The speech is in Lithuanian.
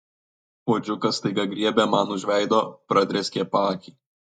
puodžiukas staiga griebė man už veido pradrėskė paakį